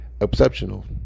exceptional